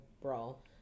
brawl